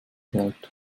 hält